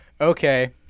okay